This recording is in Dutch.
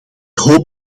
hoop